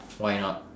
why not